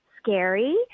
scary